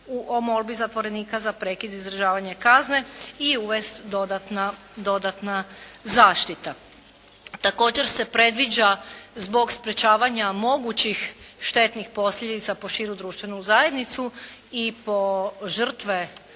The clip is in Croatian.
o molbi zatvorenika za prekid i izdržavanje kazne i uvesti dodatna zaštita. Također se predviđa zbog sprječavanja mogućih štetnih posljedica po širu društvenu zajednicu i po žrtve